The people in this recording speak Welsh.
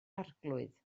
arglwydd